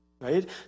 right